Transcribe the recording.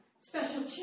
special